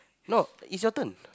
no is your turn